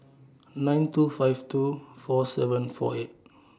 nine two five two four seven four eight